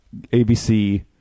ABC